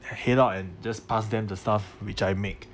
head head out and just passed them the stuff which I make